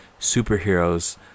superheroes